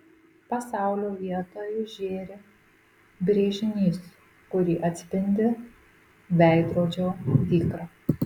pasaulio vietoj žėri brėžinys kurį atspindi veidrodžio dykra